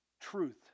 truth